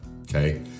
Okay